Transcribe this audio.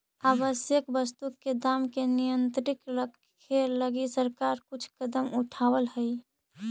आवश्यक वस्तु के दाम के नियंत्रित रखे लगी सरकार कुछ कदम उठावऽ हइ